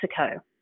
Mexico